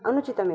अनुचितमेव